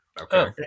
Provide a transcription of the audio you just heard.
Okay